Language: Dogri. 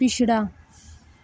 पिछड़ा